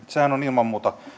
sehän on ilman muuta